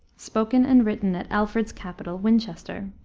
spoken and written at alfred's capital, winchester.